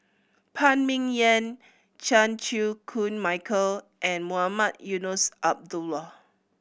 Phan Ming Yen Chan Chew Koon Michael and Mohamed Eunos Abdullah